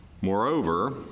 Moreover